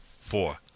four